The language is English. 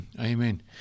Amen